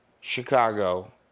Chicago